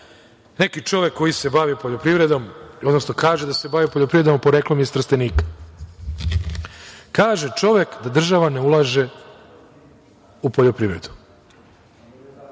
jedan čovek koji se bavi poljoprivredom, odnosno kaže da se bavi poljoprivredom, a poreklom je iz Trstenika. Kaže čovek da država ne ulaže u poljoprivredu.